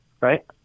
right